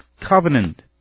covenant